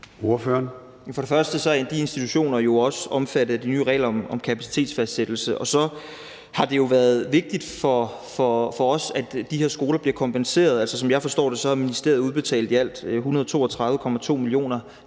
vil jeg sige, at de institutioner jo også er omfattet af de nye regler om kapacitetsfastsættelse, og så vil jeg sige, at det har været vigtigt for os, at de her skoler bliver kompenseret. Altså, som jeg forstår det, har ministeriet udbetalt ialt 132,2 mio.